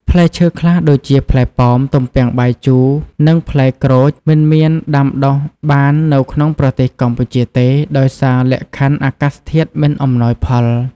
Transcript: ផ្លែឈើខ្លះដូចជា ផ្លែប៉ោម ទំពាំងបាយជូរ និង ផ្លែក្រូច មិនអាចដាំដុះបាននៅក្នុងប្រទេសកម្ពុជាទេ ដោយសារលក្ខខណ្ឌអាកាសធាតុមិនអំណោយផល។